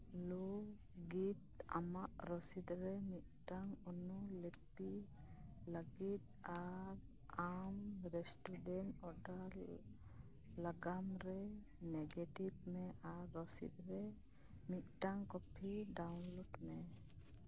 ᱞᱚᱜᱤᱛ ᱟᱢᱟᱜ ᱨᱚᱥᱤᱫ ᱨᱮ ᱢᱤᱫᱴᱟᱝ ᱚᱱᱩᱞᱤᱯᱤ ᱞᱟᱹᱜᱤᱫ ᱟᱢ ᱨᱮᱥᱴᱩᱰᱮᱱᱴ ᱚᱰᱟᱨ ᱞᱟᱜᱟᱢ ᱨᱮ ᱱᱮᱜᱮᱴᱤᱵ ᱢᱮ ᱟᱨ ᱨᱚᱥᱤᱫ ᱨᱮ ᱢᱤᱫᱴᱟᱝ ᱠᱚᱯᱷᱤ ᱰᱟᱣᱩᱱᱞᱚᱰ ᱢᱮ